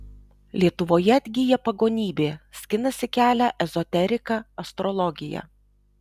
lietuvoje atgyja pagonybė skinasi kelią ezoterika astrologija